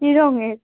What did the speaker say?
কী রঙের